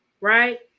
Right